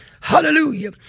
hallelujah